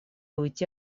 уйти